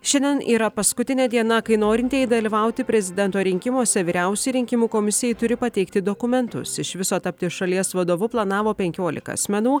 šiandien yra paskutinė diena kai norintieji dalyvauti prezidento rinkimuose vyriausiajai rinkimų komisijai turi pateikti dokumentus iš viso tapti šalies vadovu planavo penkiolika asmenų